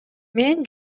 мен